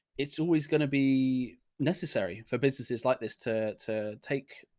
it's always going to be necessary for businesses like this to, to take,